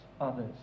others